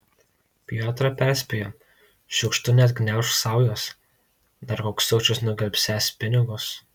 piotrą perspėjo šiukštu neatgniaužk saujos dar koks sukčius nugvelbsiąs pinigus